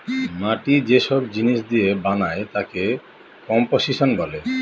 মাটি যে সব জিনিস দিয়ে বানায় তাকে কম্পোসিশন বলে